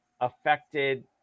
affected